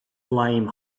flame